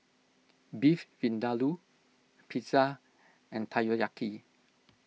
Beef Vindaloo Pizza and Takoyaki